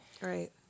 Right